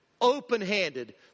open-handed